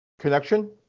connection